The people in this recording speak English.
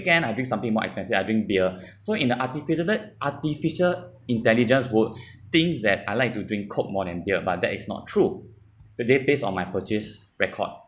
weekend I drink something more expensive I drink beer so in the articulate artificial intelligence would thinks that I like to drink coke more than beer but that is not true but they based on my purchase record